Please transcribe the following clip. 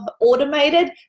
automated